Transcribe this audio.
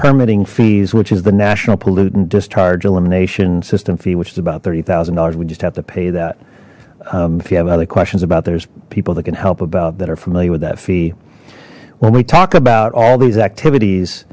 permitting fees which is the national pollutant discharge elimination system fee which is about thirty thousand dollars we just have to pay that if you have other questions about there's people that can help about that are familiar with that fee when we talk about all these activities